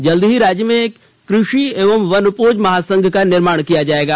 जल्द ही राज्य में एक कृषि एवं वनोपज महासंघ का निर्माण किया जाएगा